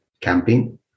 camping